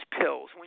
pills